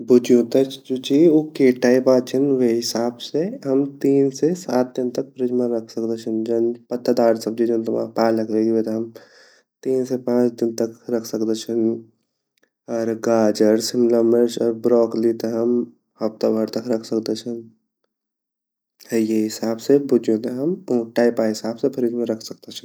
भुज्यु ते जु ची उ के टाइपआ छिन वे हिसाब से तीन से सात दिन तक तक फ्रिज मा रख सकदा छिन ,पत्तेदार सब्जी जन तुमा पालक वेगि वेटे तीन से चार दिन तक रख सकदा छिन अर गाजर ,शिमलामिर्च अर ब्रॉक्ली ते हम हफ्ता भर तक रख सकदा छिन अर ये हिसाब से हम भुज्यु ते हम टाइपा हिसाब से रख सकदा छिन।